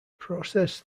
process